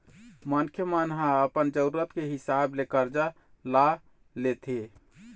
मनखे मन ह अपन जरुरत के हिसाब ले करजा ल लेथे